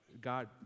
God